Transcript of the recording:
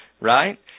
Right